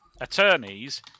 attorneys